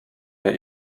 der